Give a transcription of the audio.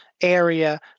area